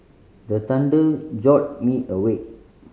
the thunder jolt me awake